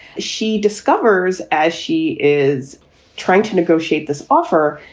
she discovers as she is trying to negotiate this offer,